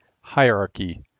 Hierarchy